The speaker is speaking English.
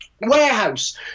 warehouse